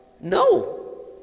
No